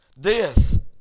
Death